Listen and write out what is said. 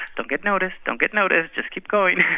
don't get noticed, don't get noticed just keep going.